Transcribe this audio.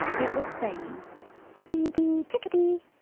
it was saying dee-dee-chickadee!